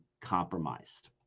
compromised